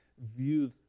view